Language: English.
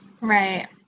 Right